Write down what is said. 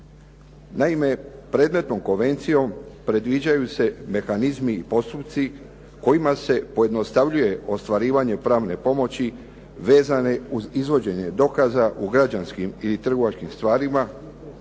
Naime, predmetnom konvencijom predviđaju se mehanizmi i postupci kojima se pojednostavljuje ostvarivanje pravne pomoći vezane uz izvođenje dokaza u građanskim i trgovačkim stvarima